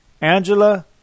Angela